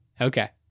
Okay